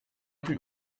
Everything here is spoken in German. blieb